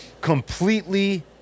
Completely